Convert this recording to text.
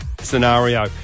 scenario